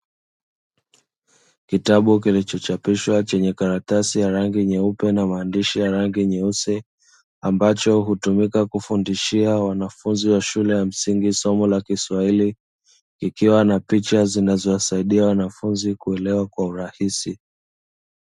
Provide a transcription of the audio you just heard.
Kitabu kilichochapishwa chenye karatasi ya rangi nyeupe na maandishi ya rangi nyeusi, ambacho hutumika kufundishia wanafunzi wa shule ya msingi somo la Kiswahili, kikiwa na picha zinazowasaidia wanafunzi kuelewa kwa urahisi.